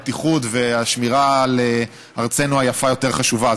הבטיחות והשמירה על ארצנו היפה יותר חשובה,